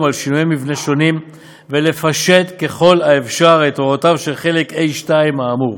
על שינויי מבנה שונים ולפשט ככל האפשר את הוראותיו של חלק ה'2 האמור.